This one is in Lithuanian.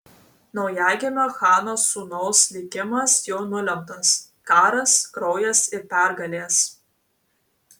naujagimio chano sūnaus likimas jau nulemtas karas kraujas ir pergalės